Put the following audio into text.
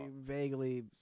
vaguely